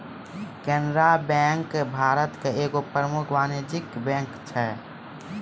Canara bank Bharat के एगो प्रमुख वाणिज्यिक बैंक छै